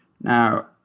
Now